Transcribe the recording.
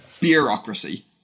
Bureaucracy